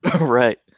Right